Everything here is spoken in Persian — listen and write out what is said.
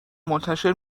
منتشر